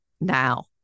now